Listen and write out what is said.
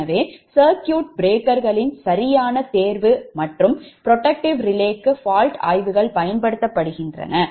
எனவே சர்க்யூட் பிரேக்கர்களின் சரியான தேர்வு மற்றும் protective ரிலேக்கு fault ஆய்வுகள் பயன்படுத்தப்படுகின்றன